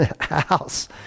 house